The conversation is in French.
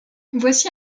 voici